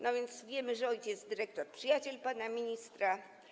No więc wiemy, że ojciec dyrektor to przyjaciel pana ministra.